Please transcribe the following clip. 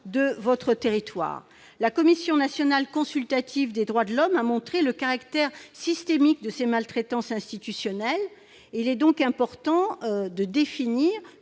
dans nos territoires. La Commission nationale consultative des droits de l'homme a mis l'accent sur le caractère systémique de ces maltraitances institutionnelles. Il est donc important d'inscrire